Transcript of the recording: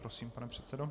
Prosím, pane předsedo.